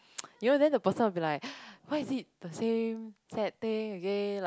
you know then the person will be like why is it the same sad thing again like